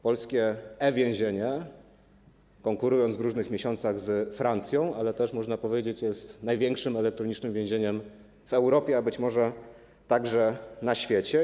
Polskie e-więzienie konkuruje w różnych miesiącach z Francją, ale można powiedzieć, że jest największym elektronicznym więzieniem w Europie, a być może także na świecie.